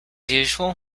usual